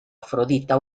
afrodita